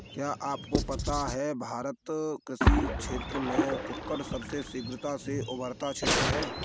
क्या आपको पता है भारत कृषि क्षेत्र में कुक्कुट सबसे शीघ्रता से उभरता क्षेत्र है?